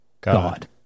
God